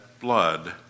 blood